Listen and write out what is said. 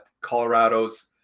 Colorado's